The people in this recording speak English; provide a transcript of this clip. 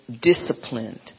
disciplined